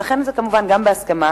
ולכן זה כמובן בהסכמה.